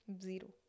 Zero